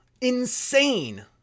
Insane